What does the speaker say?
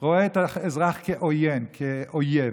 רואים את האזרח כעוין, כאויב,